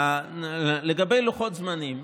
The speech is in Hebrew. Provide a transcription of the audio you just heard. לגבי לוחות זמנים,